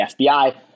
FBI